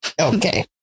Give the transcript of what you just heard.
Okay